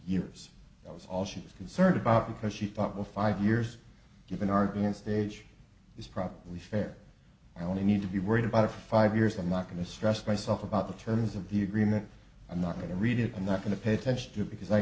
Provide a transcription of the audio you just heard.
years that was all she was concerned about because she thought well five years you've been arguing stage is probably fair i only need to be worried about a five years i'm not going to stress myself about the terms of the agreement i'm not going to read it i'm not going to pay attention to because i